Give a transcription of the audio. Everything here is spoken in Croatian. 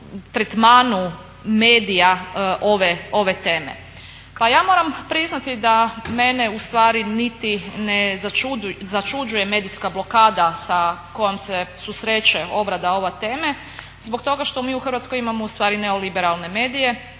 tretmanu medija ove teme. Pa ja moram priznati da mene ustvari niti ne začuđuje medijska blokada sa kojom se susreće obrada ove teme zbog toga što mi u Hrvatskoj imamo ustvari neoliberalne medije